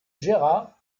gerhard